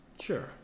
Sure